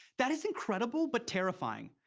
that is incredible but terrifying.